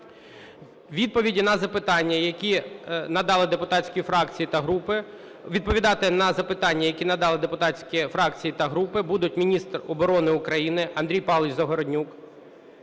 відповідати на запитання, які надали депутатські фракції та групи, будуть міністр оборони України Андрій Павлович Загороднюк